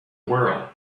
world